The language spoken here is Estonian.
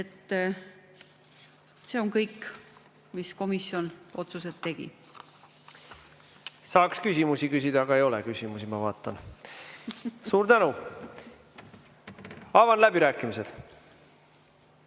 See on kõik, mida komisjon otsustas. Saaks küsimusi küsida, aga ei ole küsimusi, ma vaatan. Suur tänu! Avan läbirääkimised.